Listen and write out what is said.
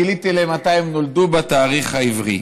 גיליתי להם מתי הם נולדו בתאריך העברי.